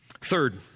Third